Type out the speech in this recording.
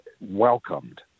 welcomed